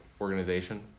organization